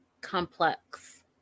complex